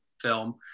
film